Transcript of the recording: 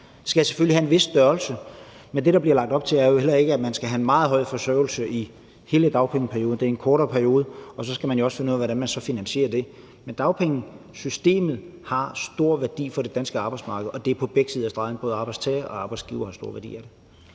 passiv forsørgelse har en vis størrelse. Men det, der bliver lagt op til, er jo heller ikke, at man skal have en meget høj forsørgelse i hele dagpengeperioden, for det er i en kortere periode, og så skal man også finde ud af, hvordan man så finansierer det. Men dagpengesystemet har stor værdi for det danske arbejdsmarked, og det er på begge sider af stregen, både for arbejdstager og arbejdsgiver, og det